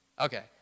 Okay